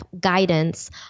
guidance